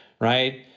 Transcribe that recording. right